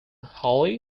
hollie